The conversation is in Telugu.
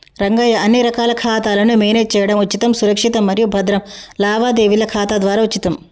రంగయ్య అన్ని రకాల ఖాతాలను మేనేజ్ చేయడం ఉచితం సురక్షితం మరియు భద్రం లావాదేవీల ఖాతా ద్వారా ఉచితం